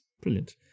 brilliant